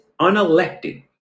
unelected